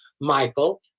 Michael